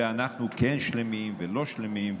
ואנחנו כן שלמים ולא שלמים,